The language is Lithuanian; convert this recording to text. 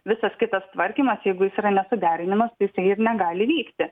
visas kitas tvarkymas jeigu jis yra nesuderinamas tai jisai ir negali vykti